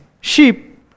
Sheep